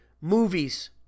movies